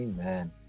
Amen